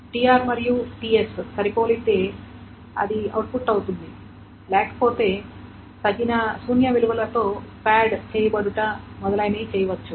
tr మరియు ts సరిపోలితే అది అవుట్పుట్ అవుతుంది లేకపోతే తగిన శూన్య విలువలతో ప్యాడ్ చేయబడుట మొదలైనవి చేయవచ్చు